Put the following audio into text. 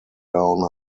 down